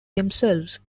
themselves